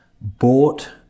bought